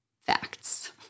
facts